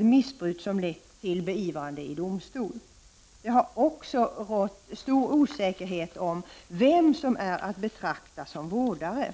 missbruk som lett till beivrande i domstol. Det har också rått osäkerhet om vem som är att betrakta som vårdare.